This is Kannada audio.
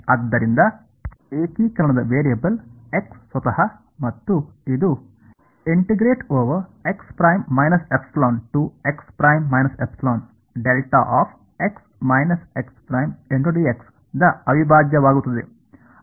ಆದ್ದರಿಂದ ಏಕೀಕರಣದ ವೇರಿಯೇಬಲ್ x ಸ್ವತಃ ಮತ್ತು ಇದು ದ ಅವಿಭಾಜ್ಯವಾಗುತ್ತದೆ